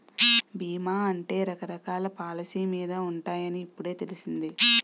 బీమా అంటే రకరకాల పాలసీ మీద ఉంటాయని ఇప్పుడే తెలిసింది